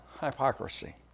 hypocrisy